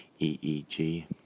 EEG